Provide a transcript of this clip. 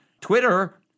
Twitter